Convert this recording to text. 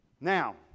Now